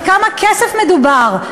על כמה כסף מדובר?